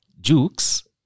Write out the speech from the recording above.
Jukes